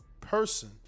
person